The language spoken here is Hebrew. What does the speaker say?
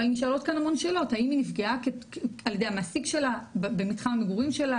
אבל נשאלות כאן המון אלות האם היא נפגעה ע"י המעסיק במתח מגורים שלה,